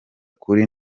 kuri